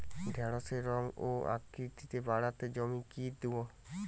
ঢেঁড়সের রং ও আকৃতিতে বাড়াতে জমিতে কি দেবো?